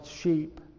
sheep